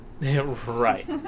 Right